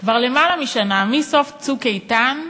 כבר למעלה משנה, מסוף "צוק איתן",